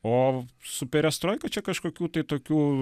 o su perestroika čia kažkokių tai tokių